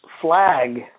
flag